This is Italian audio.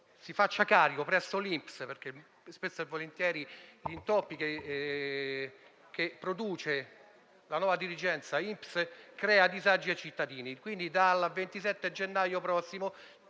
si faccia carico presso l'INPS, visto che spesso e volentieri gli intoppi che produce la nuova dirigenza INPS creano disagi ai cittadini. Dal 27 gennaio prossimo